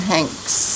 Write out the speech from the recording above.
Hanks